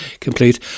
complete